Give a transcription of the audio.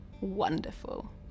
wonderful